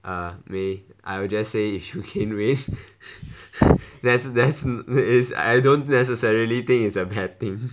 err mei I will just say if you gain weight that's that is I don't necessarily think it's a bad thing